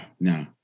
no